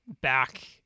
back